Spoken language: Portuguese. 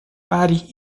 pare